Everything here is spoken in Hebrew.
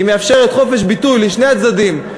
היא מאפשרת חופש ביטוי לשני הצדדים,